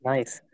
Nice